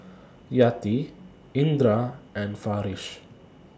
Yati Indra and Farish